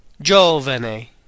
giovane